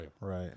Right